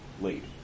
late